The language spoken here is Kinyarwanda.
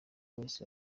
wese